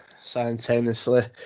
simultaneously